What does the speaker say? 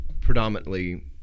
predominantly